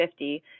50